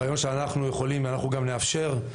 רעיון שאנחנו יכולים ואנחנו גם נאפשר אותו.